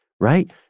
right